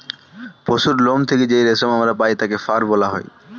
পশুর লোম থেকে যেই রেশম আমরা পাই তাকে ফার বলা হয়